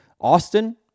Austin